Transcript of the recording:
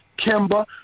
Kimba